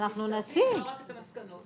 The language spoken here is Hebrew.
את המסקנות.